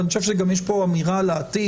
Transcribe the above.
ואני חושב שיש פה גם אמירה לעתיד,